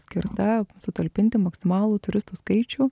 skirta sutalpinti maksimalų turistų skaičių